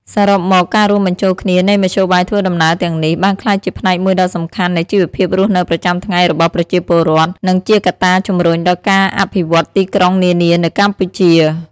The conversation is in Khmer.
សរុបមក ការរួមបញ្ចូលគ្នានៃមធ្យោបាយធ្វើដំណើរទាំងនេះ បានក្លាយជាផ្នែកមួយដ៏សំខាន់នៃជីវភាពរស់នៅប្រចាំថ្ងៃរបស់ប្រជាពលរដ្ឋ និងជាកត្តាជំរុញដល់ការអភិវឌ្ឍទីក្រុងនានានៅកម្ពុជា។